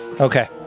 okay